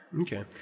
Okay